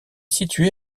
situé